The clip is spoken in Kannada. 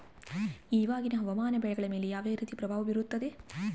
ಇವಾಗಿನ ಹವಾಮಾನ ಬೆಳೆಗಳ ಮೇಲೆ ಯಾವ ರೇತಿ ಪ್ರಭಾವ ಬೇರುತ್ತದೆ?